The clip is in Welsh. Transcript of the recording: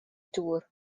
dŵr